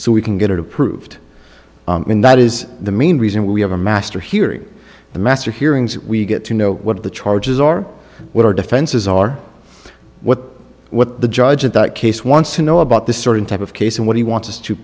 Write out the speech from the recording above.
so we can get it approved and that is the main reason we have a master hearing the master hearings we get to know what the charges are what our defenses are what what the judge in that case wants to know about this certain type of case and what he wants